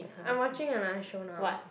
I'm watching another show now